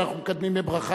אבל אנחנו מקדמים בברכה.